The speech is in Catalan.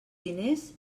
diners